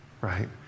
right